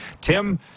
Tim